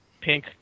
pink